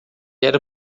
era